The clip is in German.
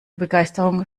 begeisterung